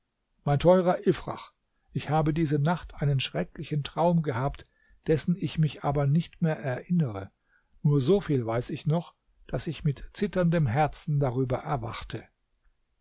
mein teurer ifrach ich habe diese nacht einen schrecklichen traum gehabt dessen ich mich aber nicht mehr erinnere nur so viel weiß ich noch daß ich mit zitterndem herzen darüber erwachte